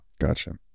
Gotcha